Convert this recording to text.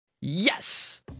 Yes